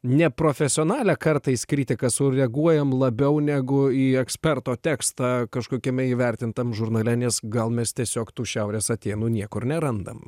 neprofesionalią kartais kritiką sureaguojam labiau negu į eksperto tekstą kažkokiame įvertintam žurnale nes gal mes tiesiog tų šiaurės atėnų niekur nerandam